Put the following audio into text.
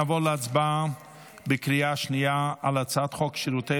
נעבור להצבעה בקריאה שנייה על הצעת חוק שירותי